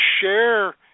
share